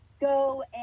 Go